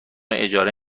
اجاره